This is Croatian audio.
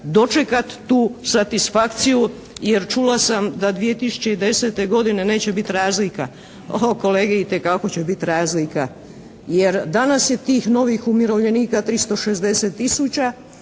dočekat tu satisfakciju, jer čula sam da 2010. godine neće bit razlika. O kolege, itekako će bit razlika, jer danas je tih novih umirovljenika 360